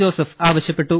Joseph ആവശ്യപ്പെട്ടു